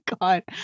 God